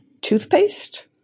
toothpaste